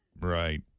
right